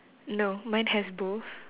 no mine has both